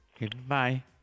Goodbye